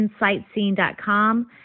insightscene.com